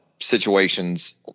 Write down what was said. situations